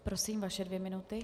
Prosím, vaše dvě minuty.